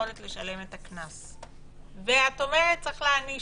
שמדובר בכלי שהוא כלי אפקטיבי אז צריך לעשות